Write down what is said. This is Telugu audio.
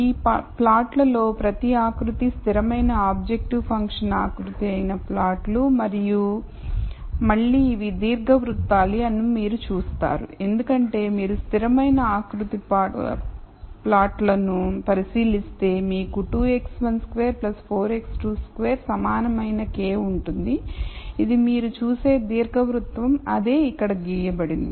ఈ ప్లాట్లలో ప్రతి ఆకృతి స్థిరమైన ఆబ్జెక్టివ్ ఫంక్షన్ ఆకృతి అయిన ప్లాట్లు మరియు మళ్ళీ ఇవి దీర్ఘవృత్తాలు అని మీరు చూస్తారు ఎందుకంటే మీరు స్థిరమైన ఆకృతి ప్లాట్లను పరిశీలిస్తే మీకు 2 x12 4 x22 సమానమైన k ఉంటుంది ఇది మీరు చూసే దీర్ఘవృత్తం అదే ఇక్కడ గీయబడింది